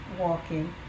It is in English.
walking